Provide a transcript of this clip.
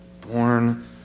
born